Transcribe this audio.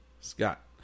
Scott